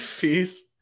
Peace